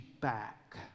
back